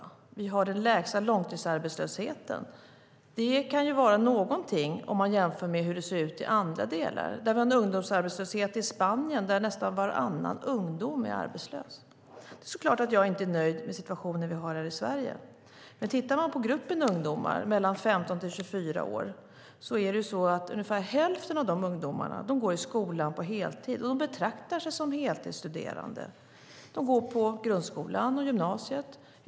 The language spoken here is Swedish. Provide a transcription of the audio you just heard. Vi har den lägsta långtidsarbetslösheten. Det kan vara någonting om man jämför med hur det ser ut i andra delar. Man har en ungdomsarbetslöshet i Spanien där nästan varannan ungdom är arbetslös. Det är klart att jag inte är nöjd med situationen vi har här i Sverige. Men tittar man på gruppen ungdomar i åldern 15-24 år går ungefär hälften av de ungdomarna i skolan på heltid och betraktar sig som heltidsstuderande. De går på grundskolan och gymnasiet.